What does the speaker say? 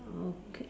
okay